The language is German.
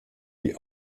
die